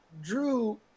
Drew